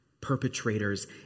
perpetrators